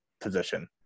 position